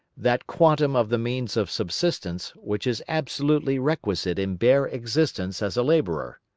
that quantum of the means of subsistence, which is absolutely requisite in bare existence as a labourer.